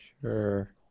Sure